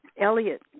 Elliot